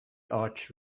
arch